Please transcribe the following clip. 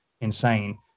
insane